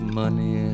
money